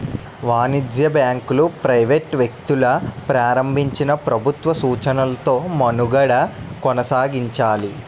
వాణిజ్య బ్యాంకులు ప్రైవేట్ వ్యక్తులు ప్రారంభించినా ప్రభుత్వ సూచనలతో మనుగడ కొనసాగించాలి